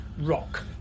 rock